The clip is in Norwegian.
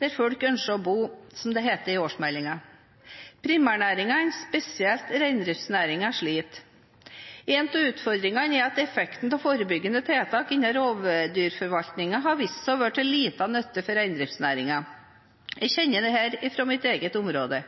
der mennesker ønsker å bo, heter det i årsmeldingen. Primærnæringene, spesielt reindriftsnæringen, sliter. En av utfordringene er at effekten av forebyggende tiltak innen rovdyrforvaltningen har vist seg å være av liten nytte for reindriftsnæringen. Jeg kjenner dette fra mitt eget område.